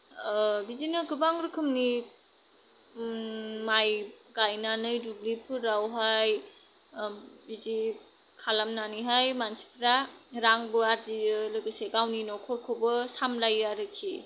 ओ बिदिनो गोबां रोखोमनि माइ गायनानै दुब्लिफोरावहाय ओ बिदि खालामनानैहाय मानसिफ्रा रांबो आर्जियो लोगोसे गावनि नखरखौबो सामलायो आरोखि